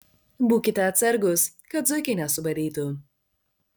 būkite atsargūs kad zuikiai nesubadytų